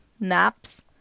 naps